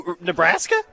Nebraska